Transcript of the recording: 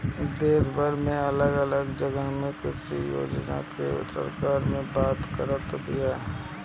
देशभर में अलग अलग जगह के कृषि विशेषग्य से सरकार बात करत बिया